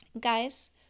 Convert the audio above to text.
guys